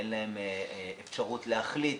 אין להם אפשרות להחליט